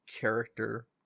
character